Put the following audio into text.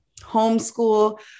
homeschool